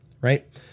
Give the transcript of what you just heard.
right